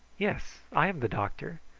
yes, i am the doctor!